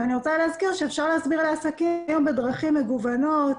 אני רוצה להזכיר אפשר להסביר לעסקים בדרכים מגוונות,